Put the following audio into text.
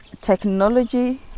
Technology